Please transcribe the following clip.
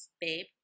Babe